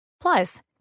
Plus